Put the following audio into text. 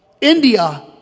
India